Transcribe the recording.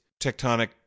tectonic